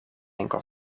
enkel